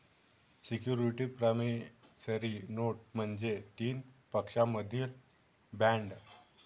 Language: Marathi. सिक्युरिटीज प्रॉमिसरी नोट म्हणजे तीन पक्षांमधील बॉण्ड